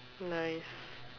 nice